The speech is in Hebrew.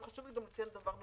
חשוב לי לציין דבר נוסף.